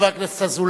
חבר הכנסת אזולאי,